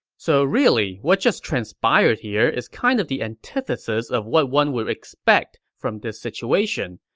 so really, what just transpired here is kind of the antithesis of what one would expect from this situation.